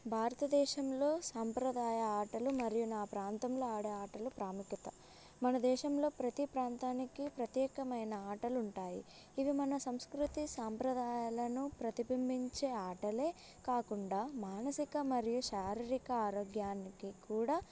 భారతదేశంలో సాంప్రదాయ ఆటలు మరియు నా ప్రాంతంలో ఆడే ఆటలు ప్రాముఖ్యత మన దేశంలో ప్రతి ప్రాంతానికి ప్రత్యేకమైన ఆటలుంటాయి ఇవి మన సంస్కృతి సాంప్రదాయాలను ప్రతిబింబించే ఆటలే కాకుండా మానసిక మరియు శారీరిక ఆరోగ్యానికి కూడా